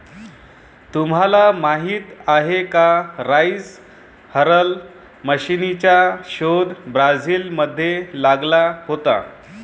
तुम्हाला माहीत आहे का राइस हलर मशीनचा शोध ब्राझील मध्ये लागला होता